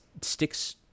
sticks